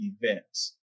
events